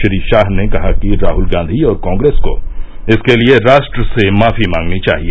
श्री शाह ने कहा कि राहल गांधी और कांग्रेस को इसके लिए राष्ट्र से माफी मांगनी चाहिए